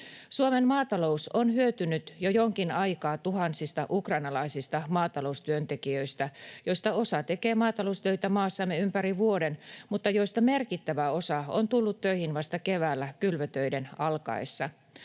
Suomen maatalous on hyötynyt jo jonkin aikaa tuhansista ukrainalaisista maataloustyöntekijöistä, joista osa tekee maataloustöitä maassamme ympäri vuoden, mutta joista merkittävä osa on tullut töihin vasta keväällä kylvötöiden alkaessa.